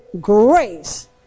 grace